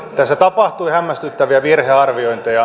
tässä tapahtui hämmästyttäviä virhearviointeja